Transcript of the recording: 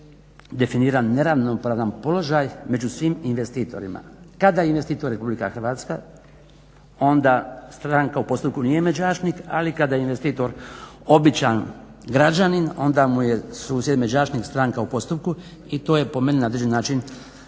definiran neravnopravan položaj među svim investitorima. Kada je investitor Republika Hrvatska onda stranka u postupku nije međašnik ali kada je investitor običan građanin onda mu je susjed međašnik stranka u postupku i to je po meni na određeni način